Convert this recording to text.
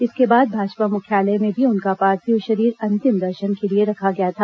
इसके बाद भाजपा मुख्यालय में भी उनका पार्थिव शरीर अंतिम दर्शन के लिए रखा गया था